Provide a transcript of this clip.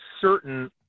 certain